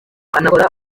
anakora